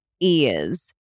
ears